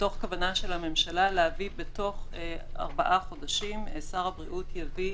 מתוך כוונה של הממשלה להביא בתוך ארבעה חודשים שר הבריאות יביא